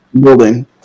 building